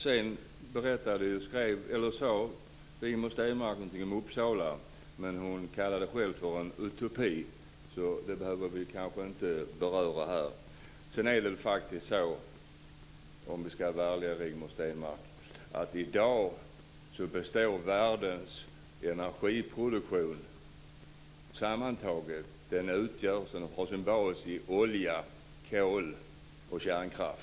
Sedan sade Rigmor Stenmark något om Uppsala. Men hon kallade det själv för en utopi, så det behöver vi kanske inte beröra här. Sedan är det faktiskt så om vi ska vara ärliga, Rigmor Stenmark, att i dag har världens sammantagna energiproduktion sin bas i olja, kol och kärnkraft.